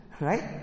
Right